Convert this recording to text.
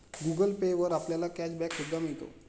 Google Pay वर आपल्याला cashback सुद्धा मिळतो